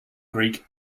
greek